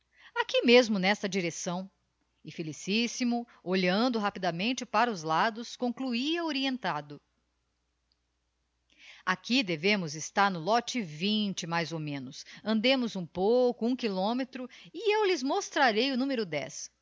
aqui mesmo n'esta direcção e felicissimo olhando rapidamente para os lados concluía orientado aqui devemos estar no lote vinte mais ao menos andemos um pouco um kilometro e eu lhes mostrarei o numero